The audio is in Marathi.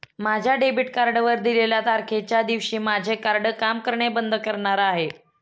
माझ्या डेबिट कार्डवर दिलेल्या तारखेच्या दिवशी माझे कार्ड काम करणे बंद करणार आहे